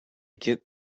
get